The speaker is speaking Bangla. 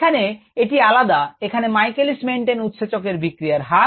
এখানে এটি আলাদা এখানে Michaelis Menten উৎসেচকের বিক্রিয়ার হার